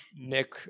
nick